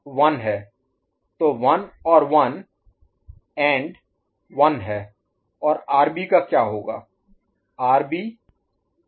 तो Bn बार Bn' 1 है तो 1 और 1 एंडड 1 है और RB का क्या होगा